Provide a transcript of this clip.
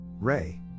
Ray